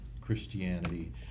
Christianity